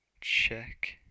check